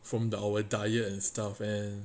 from the our diet and stuff and